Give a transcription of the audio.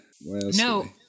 No